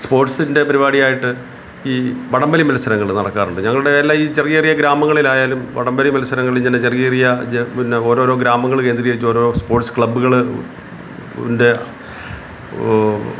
സ്പോര്ട്സിന്റെ പരിപാടിയായിട്ട് ഈ വടംവലി മത്സരങ്ങള് നടക്കാറുണ്ട് ഞങ്ങളുടെയെല്ലാം ഈ ചെറിയ ചെറിയ ഗ്രാമങ്ങളിലായാലും വടംവലി മത്സരങ്ങളിങ്ങനെ ചെറിയ ചെറിയ ജെ പിന്നെ ഓരോരോ ഗ്രാമങ്ങള് കേന്ദ്രീകരിച്ച് ഓരോ സ്പോര്ട്സ് ക്ലബ്ബുകള് ഉണ്ട്